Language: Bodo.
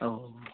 औ औ